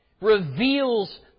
reveals